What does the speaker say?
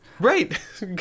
Right